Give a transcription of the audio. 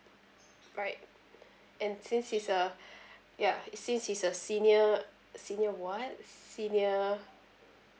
right and since he's a ya since he's a senior senior what senior